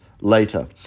later